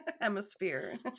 hemisphere